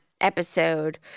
episode